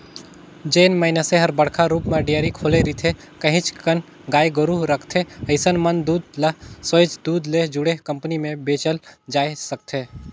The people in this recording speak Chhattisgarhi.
जेन मइनसे हर बड़का रुप म डेयरी खोले रिथे, काहेच कन गाय गोरु रखथे अइसन मन दूद ल सोयझ दूद ले जुड़े कंपनी में बेचल जाय सकथे